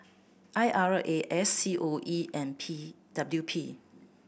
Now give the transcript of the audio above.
I R A S C O E and P W P